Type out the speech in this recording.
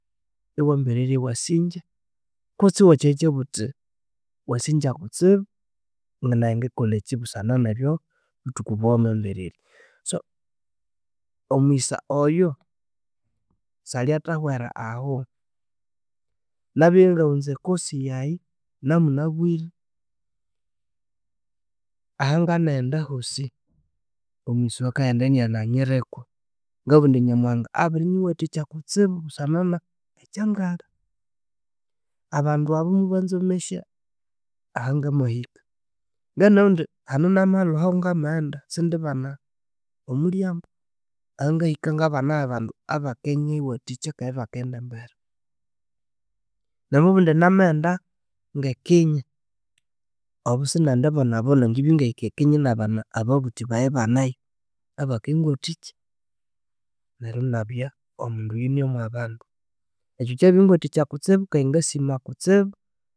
﻿Iwambererya ewasigya kutsi iwakya kyabuwawuthi wasingya kutsibu nayi ngikolha ekyi busana nebyo nobuthuku obowamambererya so omughisa oyo salyathahwera aho nabyangawunza ecourse yayi namunabire ahanganaghenda wosi omughisa wakaghenda inananyiriko, ngabuwa indi nyamuhanga abirinyiwathikya kutsi busanaekyangalhi abandwabu mubazomesya ahangamahika nganamabuwaindi hanunamalhuhaho ngamaghenda sindi bana omulyambo ahangahika ngabana habandu abakinyiwathikya kiyi bakindembera namabuwa nama enda kenya obosinendibonabona, ngibya ngahika ekenya inabana ababuthi bayi ibanenyo abakingwathikya neryo inabya omundu oyunemwabandu ekyo kyabiringwathikya kutsibu kiyingasima kutsibu